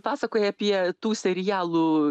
pasakoji apie tų serialų